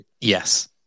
Yes